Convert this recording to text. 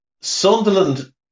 Sunderland